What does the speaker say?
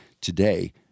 today